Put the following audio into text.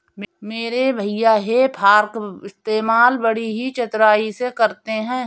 मेरे भैया हे फार्क इस्तेमाल बड़ी ही चतुराई से करते हैं